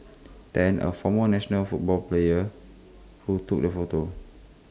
Tan A former national football player who took the photo